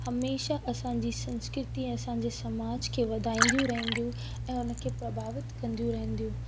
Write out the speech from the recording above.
हमेशह असांजी संस्कृतीअ असांजे समाज खे वधाईंदी रहंदियूं ऐं हुनखे प्रभावित कंदियूं रहंदियूं